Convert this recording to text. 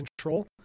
control